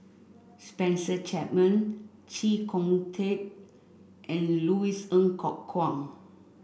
Spencer Chapman Chee Kong Tet and Louis Ng Kok Kwang